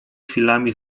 chwilami